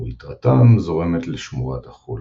ויתרתם זורמת לשמורת החולה.